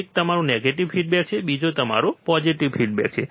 એક તમારો negative feedback છે બીજો એક તમારો પોઝીટીવ ફિડબેક છે